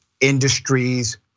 industries